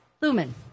Lumen